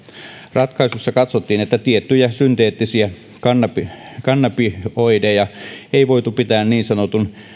ratkaisussa katsottiin että tiettyjä synteettisiä kannabinoideja kannabinoideja ei voitu pitää niin sanotun